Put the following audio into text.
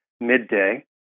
midday